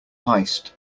heist